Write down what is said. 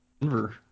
Denver